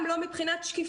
גם לא עובד מבחינת שקיפות.